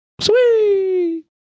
Sweet